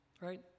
right